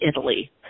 Italy